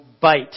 bite